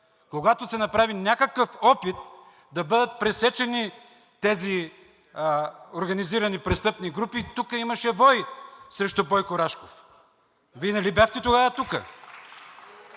когато се направи някакъв опит да бъдат пресечени тези организирани престъпни групи, тук имаше вой срещу Бойко Рашков. Вие нали тогава